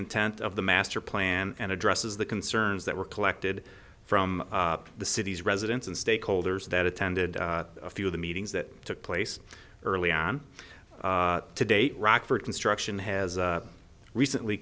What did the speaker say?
intent of the master plan and addresses the concerns that were collected from the city's residents and stakeholders that attended a few of the meetings that took place early on to date rockford construction has recently